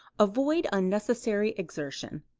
avoid unnecessary exertion.